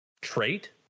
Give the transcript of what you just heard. trait